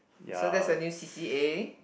so that's your new C_C_A